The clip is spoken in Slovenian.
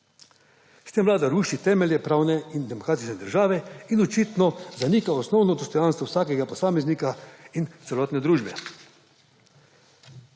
S tem vlada ruši temelje pravne in demokratične države in očitno zanika osnovno dostojanstvo vsakega posameznika in celotne družbe.